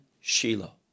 Shiloh